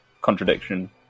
contradiction